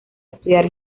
estudiar